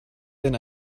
denn